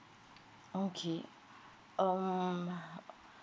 okay um